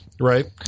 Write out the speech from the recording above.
right